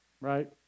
right